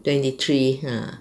twenty three !huh!